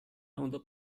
untuk